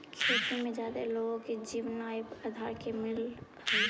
खेती में जादे लोगो के जीवनयापन के आधार मिलऽ हई